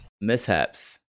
Mishaps